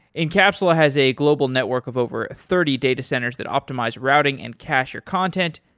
encapsula has a global network of over thirty data centers that optimize routing and cacher content.